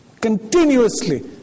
continuously